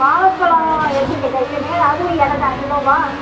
வாழைப் பழம் எப்படிங்க டஜன்னு அதுவும் எடைதான் கிலோவா